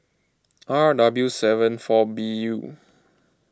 R W seven four B U